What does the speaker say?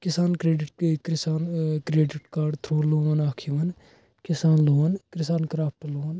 کسان کریڈِٹ کِسان credit card through loan اکھ لون یِوان کسان لون کسان کرافٹ لون